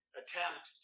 attempt